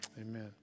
Amen